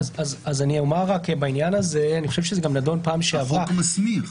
אני אומר בעניין הזה אני חושב שזה גם נדון בפעם שעברה -- החוק מסמיך.